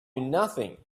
nothing